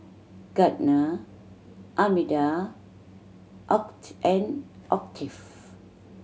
Gardner Armida and Octave